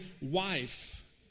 wife